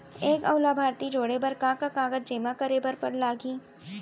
एक अऊ लाभार्थी जोड़े बर का का कागज जेमा करे बर लागही?